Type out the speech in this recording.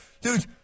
Dude